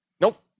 nope